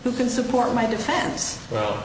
who can support my defense well